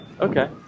Okay